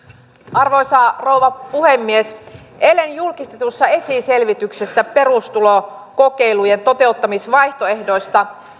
arvoisa rouva puhemies eilen julkistetussa esiselvityksessä perustulokokeilun toteuttamisvaihtoehdoista